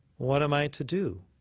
what am i to do?